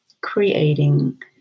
creating